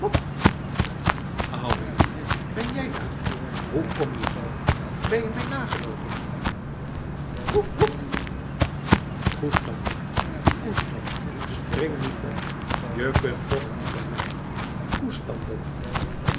ouwe jongen ben jij daar hoe kom je hier ben je mij nageloopen waf koest dan boppie koest dan spring niet zoo op je kunt toch niet bij mij koest dan bop